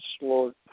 Lord